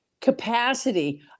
capacity